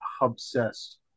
obsessed